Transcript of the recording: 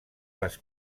les